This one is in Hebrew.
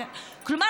כלומר,